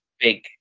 big